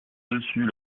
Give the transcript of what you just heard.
dessus